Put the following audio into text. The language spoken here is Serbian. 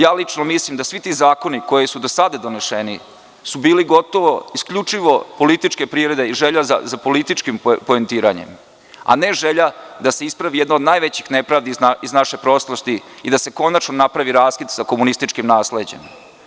Ja lično mislim da su svi ti zakoni koji su do sada donešeni bili gotovo isključivo političke privrede i želja za političkim poentiranjem, a ne želja da se ispravi jedna od najvećih nepravdi iz naše prošlosti i da se konačno napravi raskid sa komunističkim nasleđem.